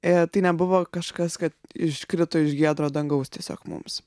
e tai nebuvo kažkas kad iškrito iš giedro dangaus tiesiog mums